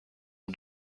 اون